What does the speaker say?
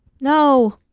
No